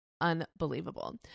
Unbelievable